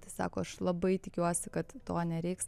tai sako aš labai tikiuosi kad to nereiks